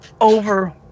Over